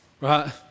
right